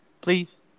Please